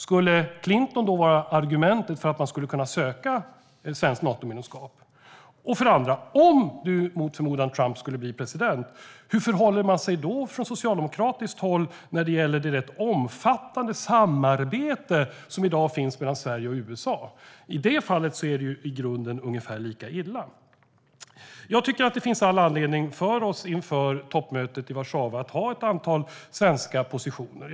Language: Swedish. Skulle Clinton då vara argumentet för att man skulle kunna söka ett svenskt Natomedlemskap? Och om Trump mot förmodan skulle bli president, hur förhåller man sig från socialdemokratiskt håll när det gäller det rätt omfattande samarbete som i dag finns mellan Sverige och USA? I det fallet är det i grunden ungefär lika illa. Jag tycker att det finns all anledning för oss att inför toppmötet i Warszawa ha ett antal svenska positioner.